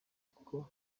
kuko